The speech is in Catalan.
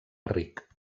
ric